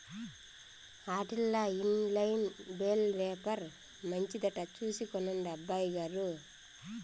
ఆటిల్ల inline bale wrapper మంచిదట చూసి కొనండి అబ్బయిగారు